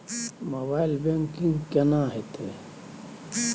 Mobile banking केना हेते?